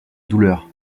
douleur